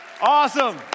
Awesome